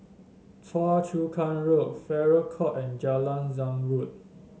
Choa Chu Kang Road Farrer Court and Jalan Zamrud